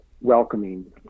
welcoming